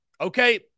okay